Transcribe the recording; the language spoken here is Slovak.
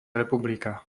republika